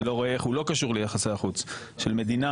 אני לא רואה איך הוא לא קשור ליחסי החוץ של מדינה.